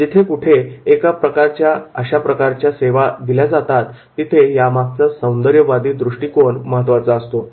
जिथे कुठे अशा प्रकारच्या सेवा दिल्या जातात तिथे यामागचा सौंदर्यवादी दृष्टीकोन महत्त्वाचा असतो